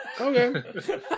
okay